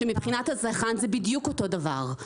שמבחינת הצרכן זה בדיוק אותו דבר,